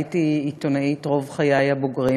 הייתי עיתונאית רוב חיי הבוגרים,